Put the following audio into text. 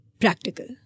Practical